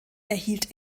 erhielt